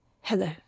Hello